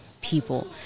people